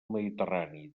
mediterrani